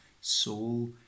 soul